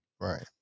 right